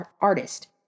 artist